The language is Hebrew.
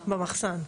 במחסן,